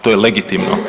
To je logitimno.